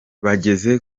bageze